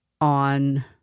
on